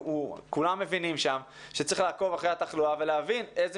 כולם מבינים שם שצריך לעקוב אחרי התחלואה ולהבין איזה